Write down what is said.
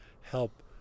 help